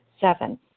Seven